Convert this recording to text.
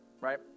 right